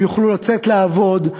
הם יוכלו לצאת לעבוד.